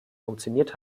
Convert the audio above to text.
funktioniert